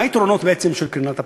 מה היתרונות בעצם של קרינת הפרוטונים,